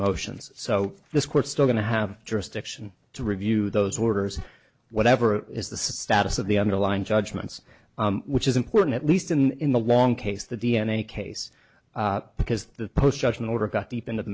motions so this court's going to have jurisdiction to review those orders whatever is the status of the underlying judgments which is important at least in the long case the d n a case because the post judgment order got deep into the